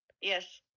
Yes